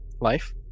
Life